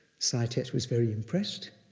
saya thet was very impressed.